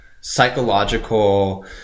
psychological